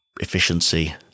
efficiency